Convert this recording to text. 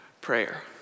prayer